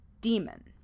demon